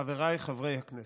חבריי חברי הכנסת,